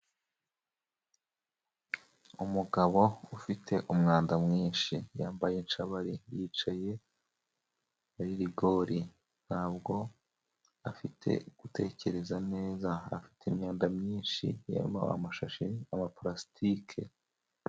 Umugabo ufite umwanda mwinshi yambaye incabari yicaye mu muferege ntabwo afite gutekereza neza afite imyenda myinshi yarimo amashashi ama palasitike .